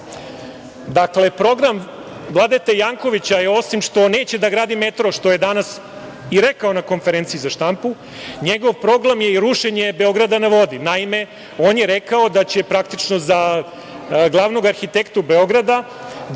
bio. Dakle, program Vladete Jankovića, osim što neće da gradi metro, što je danas i rekao na konferenciji za štampu, njegov program je i rušenje „Beograda na vodi“. Naime, on je rekao da će, praktično za glavnog arhitektu Beograda